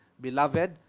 beloved